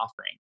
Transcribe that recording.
offering